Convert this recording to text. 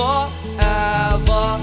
Forever